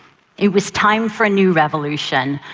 it was time for a new revolution,